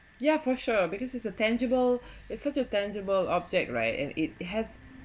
yeah for sure because it's a tangible it's such a tangible object right and it has